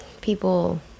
people